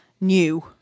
new